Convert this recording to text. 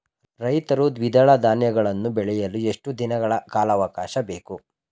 ರೈತರು ದ್ವಿದಳ ಧಾನ್ಯಗಳನ್ನು ಬೆಳೆಯಲು ಎಷ್ಟು ದಿನಗಳ ಕಾಲಾವಾಕಾಶ ಬೇಕು?